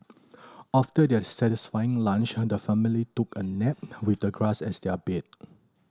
after their satisfying lunch the family took a nap with the grass as their bed